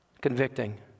Convicting